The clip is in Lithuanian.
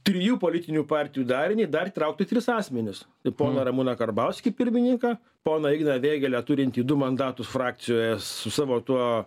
trijų politinių partijų darinį dar įtraukti tris asmenis poną ramūną karbauskį pirmininką poną igną vėgėlę turintį du mandatus frakcijoje su savo tuo